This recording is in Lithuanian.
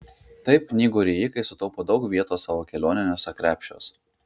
taip knygų rijikai sutaupo daug vietos savo kelioniniuose krepšiuos